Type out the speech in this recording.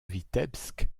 vitebsk